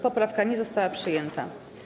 Poprawka nie została przyjęta.